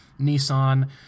Nissan